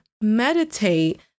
meditate